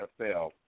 NFL